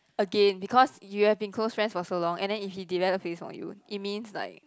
again because you have been close friend for so long and then if he debate the face on you it mean like